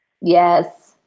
yes